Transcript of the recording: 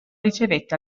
ricevette